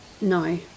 No